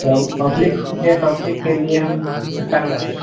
जब पब्लिक के लिए पब्लिक के लिए हम कर रहें